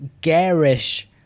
garish